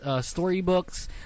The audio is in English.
storybooks